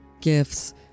Gifts